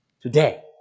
today